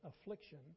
affliction